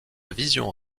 vision